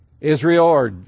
Israel